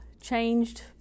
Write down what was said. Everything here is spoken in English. changed